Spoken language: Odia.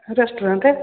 ରେଷ୍ଟୁରାଣ୍ଟ୍